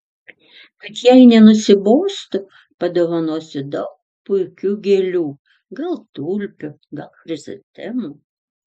kad jai nenusibostų padovanosiu daug puikių gėlių gal tulpių gal chrizantemų